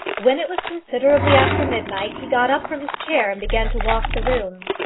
when it was considerably after midnight, he got up from his chair and began to walk the room.